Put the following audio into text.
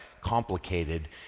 complicated